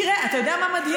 תראה, אתה יודע מה מדהים?